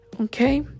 Okay